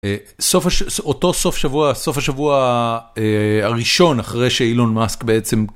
סוף, אותו סוף שבוע סוף השבוע הראשון אחרי שאילון מאסק בעצם.